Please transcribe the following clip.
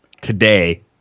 today